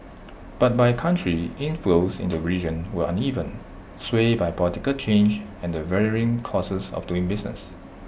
but by country inflows into region were uneven swayed by political change and the varying costs of doing business